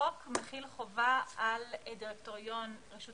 החוק מכיל חובה על דירקטוריון רשות